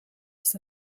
its